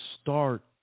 start